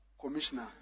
commissioner